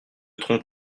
trompe